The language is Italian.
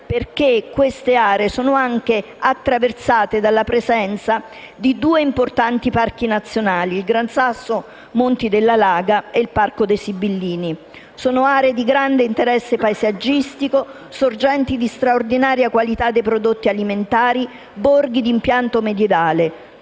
perché queste aree sono anche attraversate dalla presenza di due importanti parchi nazionali, il Parco nazionale del Gran Sasso e Monti della Laga e il Parco nazionale dei Monti Sibillini. Sono aree di grande interesse paesaggistico, sorgenti di straordinaria qualità dei prodotti alimentari, borghi di impianto medievale,